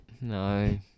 No